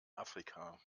afrika